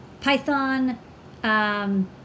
Python